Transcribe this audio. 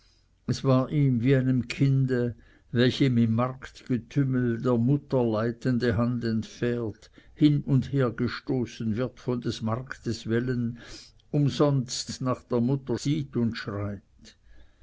es war ihm wie einem kinde welchem im marktgetümmel der mutter leitende hand entfährt hin und hergestoßen wird von des marktes wellen umsonst nach der mutter sieht und schreit